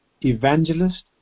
evangelist